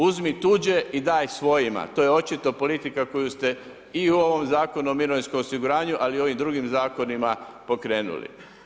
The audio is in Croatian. Uzmi tuđe i daj svojima, to je očito politika koju ste i u ovom Zakonu o mirovinskom osiguranju ali i ovim drugim zakonima pokrenuli.